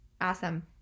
Awesome